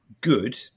good